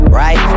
right